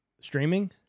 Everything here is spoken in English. Streaming